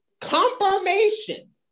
confirmation